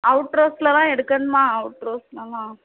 out ரோட்ஸ்லலாம் எடுக்கணுமா out ரோட்ஸ்லலாம்